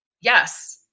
Yes